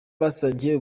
basangiye